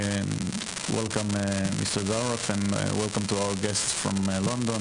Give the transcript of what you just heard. (תרגום חופשי מהשפה האנגלית):